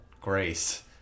grace